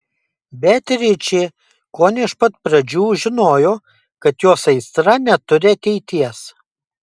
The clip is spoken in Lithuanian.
beatričė kone iš pat pradžių žinojo kad jos aistra neturi ateities